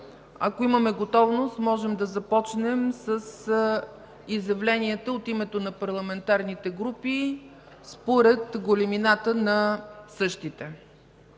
Ако имаме готовност, можем да започнем с изявленията от името на парламентарните групи, според големината на същите.